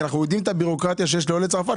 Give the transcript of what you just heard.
כי אנחנו יודעים את הבירוקרטיה שיש לעולי צרפת,